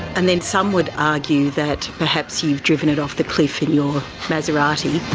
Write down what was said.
and then some would argue that perhaps you've driven it off the cliff in your maserati.